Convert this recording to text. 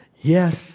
yes